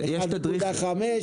1.5?